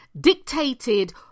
dictated